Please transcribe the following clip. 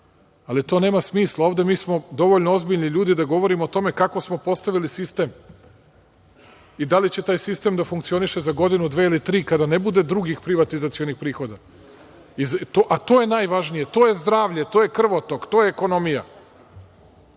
Ali to nema smisla, mi smo dovoljno ozbiljni ljudi da govorimo o tome kako smo postavili sistem i da li će taj sistem da funkcioniše za godinu, dve ili tri kada ne bude drugih privatizacionih prihoda, a to je najvažnije, to je zdravlje, to je krvotok, to je ekonomija,